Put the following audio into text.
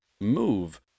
move